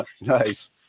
Nice